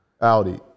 Audi